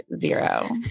zero